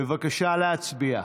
בבקשה להצביע.